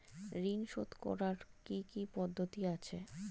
ঋন শোধ করার কি কি পদ্ধতি আছে?